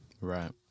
Right